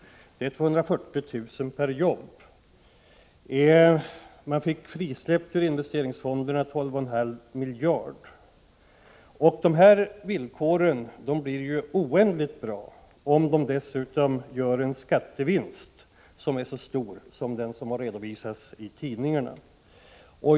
Det är 240 000 kr. per jobb. Volvo fick vidare 12,5 miljarder frisläppta ur investeringsfonderna. De villkoren är ju oändligt bra, om företaget dessutom kan göra en skattevinst av den storlek som redovisats i tidningarna.